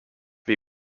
bei